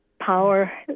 power